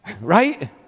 Right